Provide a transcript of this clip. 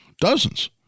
dozens